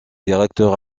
directeur